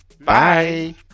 Bye